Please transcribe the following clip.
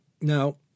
Now